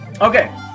Okay